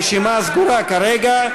הרשימה סגורה כרגע.